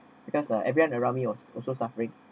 because uh everyone around me was also suffering